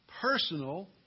personal